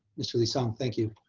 mr. lee-sung, thank you.